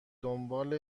دنبال